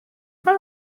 fan